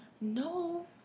No